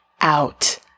out